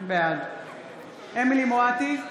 בעד אמילי חיה מואטי,